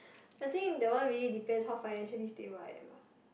I think that one really depends how financially stable I am ah